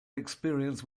experience